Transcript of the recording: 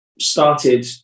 started